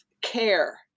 care